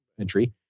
entry